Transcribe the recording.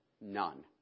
None